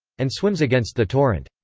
and swims against the torrent.